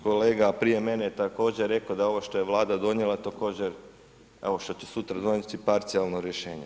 Kolega prije mene je također rekao da ovo što je Vlada donijela, također evo šta će sutra donijeti parcijalno rješenje.